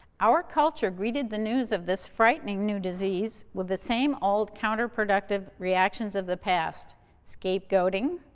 our culture greeted the news of this frightening new disease with the same old counterproductive reactions of the past scapegoating,